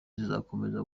zizakomeza